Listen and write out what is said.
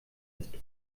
ist